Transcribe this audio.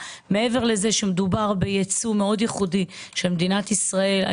מעבר לזה שמדובר בייצוא ייחודי מאוד של מדינת ישראל,